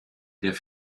der